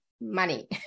money